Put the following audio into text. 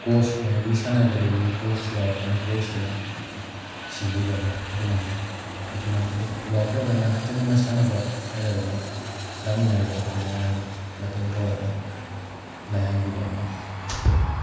ꯀꯣꯁ ꯃꯣꯏꯒꯤ ꯁꯥꯟꯅꯔꯤꯕꯗꯨꯒꯤ ꯀꯣꯁ ꯌꯥꯎꯔꯒꯅ ꯀꯣꯁꯇꯨꯅ ꯁꯤꯟꯕꯤꯕ ꯑꯃ ꯑꯗꯨꯃꯥꯏꯅ ꯑꯗꯨ ꯌꯥꯎꯔꯛꯇ꯭ꯔꯒꯅ ꯆꯨꯝꯅ ꯁꯥꯟꯅꯕ ꯑꯣꯏꯔꯒꯅ ꯂꯥꯛꯃꯤꯟꯅꯔꯤꯕ ꯑꯩꯈꯣꯏ ꯃꯌꯥꯝꯅ ꯃꯇꯦꯡ ꯇꯧꯔꯒ ꯂꯥꯏꯌꯦꯡꯕꯤꯕ ꯑꯃ